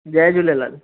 Jay Jhulelal